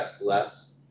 less